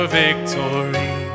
victory